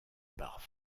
par